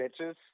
bitches